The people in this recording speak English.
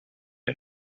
and